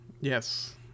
Yes